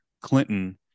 Clinton